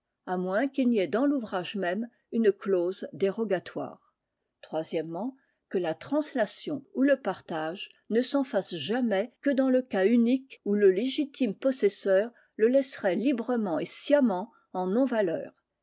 à moins qu'il n'y ait dans l'ouvrage même une clause dérogatoire que la translation ou le partage ne s'en fassent jamais que dans le cas unique où le légitime possesseur le laisserait librement et sciemment en